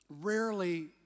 rarely